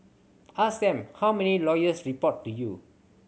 ask them how many lawyers report to you